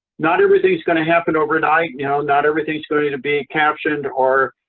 not everything's going to happen overnight. you know, not everything's going to be captioned or,